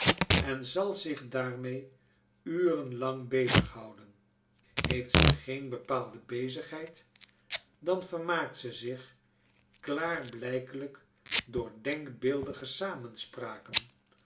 en zal zich daarmee uren lang bezig houden heeft ze geen bepaalde bezigheid dan vermaakt ze zich klaarblijkelijk door denkbeeldige samenspraken